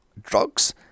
drugs